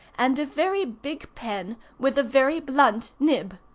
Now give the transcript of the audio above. and a very big pen, with a very blunt nib.